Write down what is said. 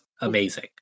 amazing